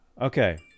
Okay